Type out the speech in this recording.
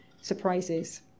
surprises